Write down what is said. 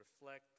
reflect